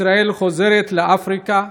ישראל חוזרת לאפריקה,